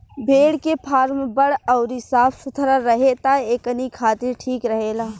भेड़ के फार्म बड़ अउरी साफ सुथरा रहे त एकनी खातिर ठीक रहेला